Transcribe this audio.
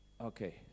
okay